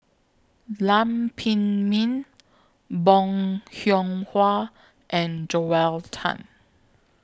Lam Pin Min Bong Hiong Hwa and Joel Tan